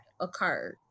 occurred